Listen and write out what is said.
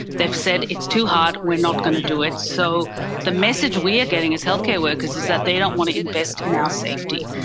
they've said it's too hard, we're not going to do it. so the message we are getting as healthcare workers is that they don't want to invest in our safety.